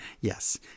Yes